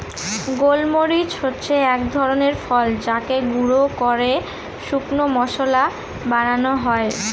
গোল মরিচ হচ্ছে এক ধরনের ফল যাকে গুঁড়া করে শুকনো মশলা বানানো হয়